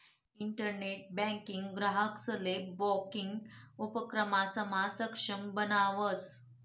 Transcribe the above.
internet banking ग्राहकंसले banking उपक्रमसमा सक्षम बनावस